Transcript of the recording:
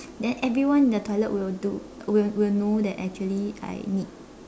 then everyone in the toilet will do will will know that actually I need